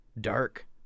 dark